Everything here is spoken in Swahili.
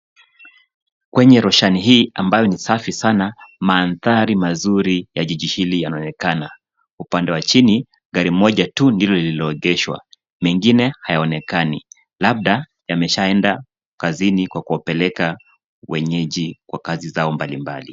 Kwenye roshani hii ambayo ni safi sana, mandhari mazuri ya jiji hili yanaonekana. Upande wa chini, gari moja tu ndilo lililoegeshwa. Mengine hayaonekani, labda yameshaenda kazini kwa kuwapekela wenyeji kwa kazi zao mbali mbali.